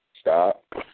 stop